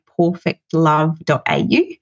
perfectlove.au